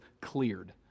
cleared